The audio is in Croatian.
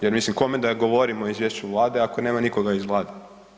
Jer mislim kome da ja govorim o Izvješću Vlade ako nema nikoga iz Vlade?